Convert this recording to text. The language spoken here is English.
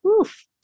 Oof